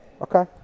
Okay